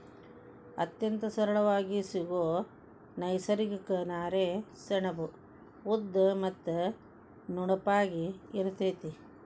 ಅತ್ಯಂತ ಸರಳಾಗಿ ಸಿಗು ನೈಸರ್ಗಿಕ ನಾರೇ ಸೆಣಬು ಉದ್ದ ಮತ್ತ ನುಣುಪಾಗಿ ಇರತತಿ